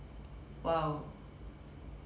!wow!